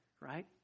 right